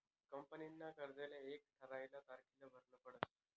कंपनीना कर्जले एक ठरायल तारीखले भरनं पडस